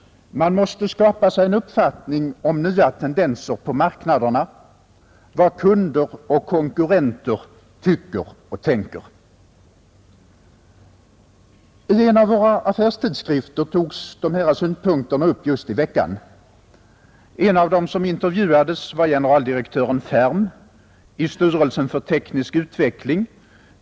Man måste skapa sig en uppfattning om nya tendenser på marknaderna, vad kunder och konkurrenter tycker och tänker. I en av våra affärstidskrifter togs dessa synpunkter upp just i veckan. En av dem som intervjuades var generaldirektören Fehrm i styrelsen för teknisk utveckling.